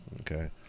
Okay